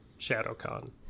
ShadowCon